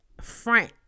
front